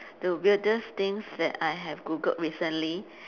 the weirdest things that I have googled recently